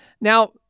Now –